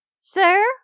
Sir